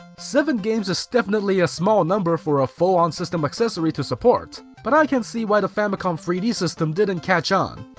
seven games is definitely a small number for a full on system accessory to support, but i can see why the famicom three d system didn't catch on.